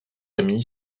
amie